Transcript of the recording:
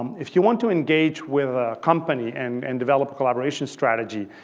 if you want to engage with a company and and develop a collaboration strategy,